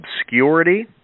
obscurity